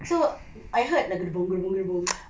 so I heard